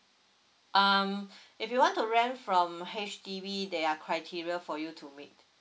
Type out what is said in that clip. um if you want to rent from H_D_B there are criteria for you to meet